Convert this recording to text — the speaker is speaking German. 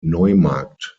neumarkt